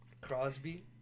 Crosby